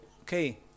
okay